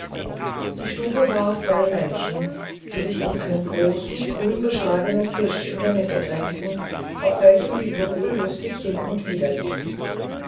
die stube war voll menschen die sich um einen großen grünbeschlagenen tisch in der mitte drängten auf welchem die würfel lustig hin und wider liefen